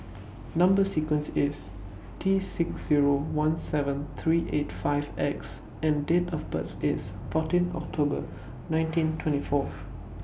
Number sequence IS T six Zero one seven three eight five X and Date of birth IS fourteen October nineteen twenty four